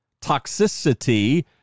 toxicity